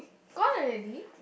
gone already